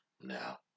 now